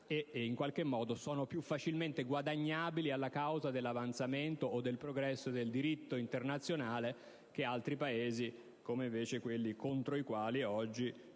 e in qualche modo sono più facilmente guadagnabili alla causa dell'avanzamento o del progresso del diritto internazionale rispetto ad altri Paesi, come quelli verso i quali oggi